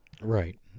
Right